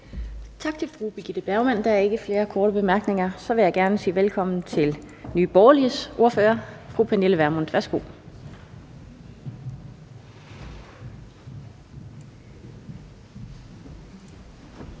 Tak til fru Birgitte Bergman. Der er ikke flere korte bemærkninger. Så vil jeg gerne sige velkommen til Nye Borgerliges ordfører, fru Pernille Vermund. Værsgo.